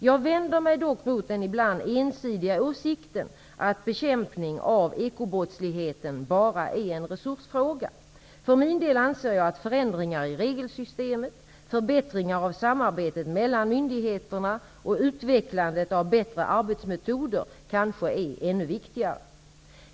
Jag vänder mig dock mot den ibland ensidiga åsikten att bekämpning av ekobrottsligheten bara är en resursfråga. För min del anser jag att förändringar i regelsystemet, förbättringar av samarbetet mellan myndigheterna och utvecklandet av bättre arbetsmetoder kanske är ännu viktigare.